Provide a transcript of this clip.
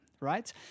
right